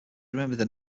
remembered